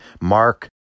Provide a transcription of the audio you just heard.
Mark